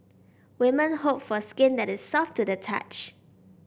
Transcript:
women hope for skin that is soft to the touch